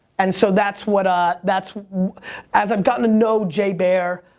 and so, that's what ah, that's as i've gotten to know jay bear,